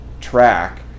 track